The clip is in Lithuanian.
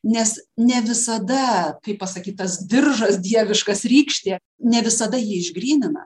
nes ne visada kaip pasakyt tas diržas dieviškas rykštė ne visada jį išgrynina